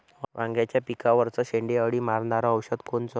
वांग्याच्या पिकावरचं शेंडे अळी मारनारं औषध कोनचं?